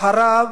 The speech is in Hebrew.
אחריו,